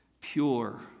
pure